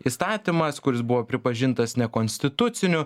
įstatymas kuris buvo pripažintas nekonstituciniu